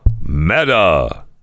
meta